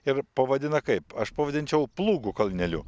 ir pavadina kaip aš pavadinčiau plūgų kalneliu